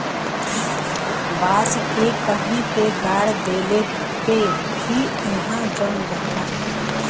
बांस के कहीं पे गाड़ देले पे भी उहाँ जम जाला